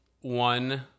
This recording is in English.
one